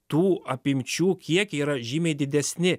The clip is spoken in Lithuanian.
tų apimčių kiekiai yra žymiai didesni